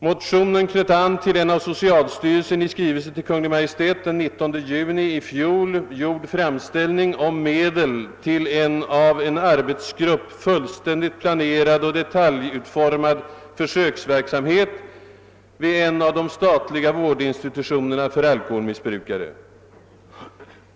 Motionen knöt an till en av socialstyrelsen i skrivelse till Kungl. Maj:t den. 19 juni i fjol gjord framställning om medel till en av en arbetsgrupp fullständigt planerad och detaljutformad försöksverksamhet vid en av de statliga vårdinstitutionerna för alkoholmissbrukare.